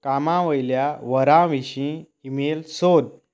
कामावयल्या वरां विशीं ईमेल सोद